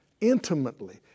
intimately